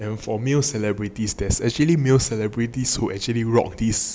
and for male celebrities there is actually male celebrities who actually rock this